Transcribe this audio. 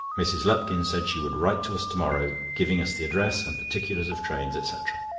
mrs. lupkin said she would write to us to-morrow, giving us the address and particulars of trains, etc.